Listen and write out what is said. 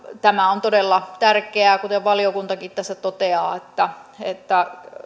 tämä on todella tärkeää kuten valiokuntakin tässä toteaa että